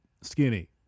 skinny